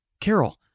carol